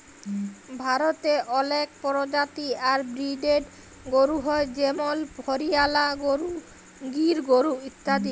ভারতে অলেক পরজাতি আর ব্রিডের গরু হ্য় যেমল হরিয়ালা গরু, গির গরু ইত্যাদি